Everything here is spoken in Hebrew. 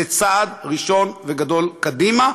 זה צעד ראשון וגדול קדימה.